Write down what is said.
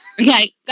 okay